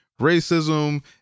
racism